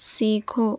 سیکھو